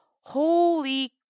holy